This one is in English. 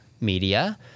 media